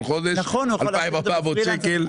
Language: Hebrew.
כל חודש 2,400 שקל,